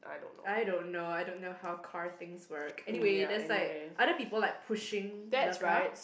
I don't know I don't know how car things work anyway there's like other people like pushing the car